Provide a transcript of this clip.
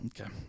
okay